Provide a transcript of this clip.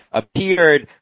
appeared